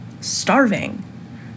starving